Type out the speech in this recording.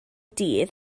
dydd